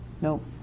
Nope